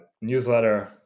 Newsletter